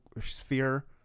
sphere